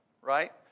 right